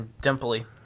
dimply